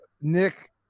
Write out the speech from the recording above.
Nick